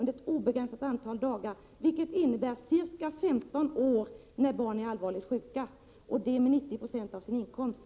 Detta innebär bidrag med 90 96 av inkomsten under ca 15 år, när barnet är allvarligt sjukt.